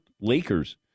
Lakers